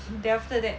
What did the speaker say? then after that